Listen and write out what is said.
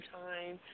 time